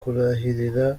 kurahirira